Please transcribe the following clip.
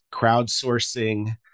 crowdsourcing